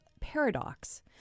paradox